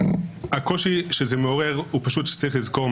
הקושי שזה מעורר הוא פשוט שצריך לזכור,